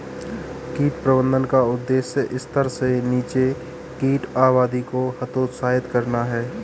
कीट प्रबंधन का उद्देश्य स्तर से नीचे कीट आबादी को हतोत्साहित करना है